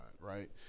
right